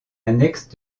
annexe